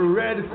red